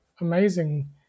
amazing